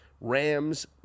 Rams